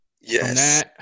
Yes